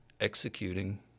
executing